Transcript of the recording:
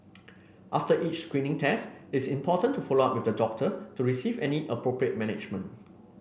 after each screening test it's important to follow up with the doctor to receive any appropriate management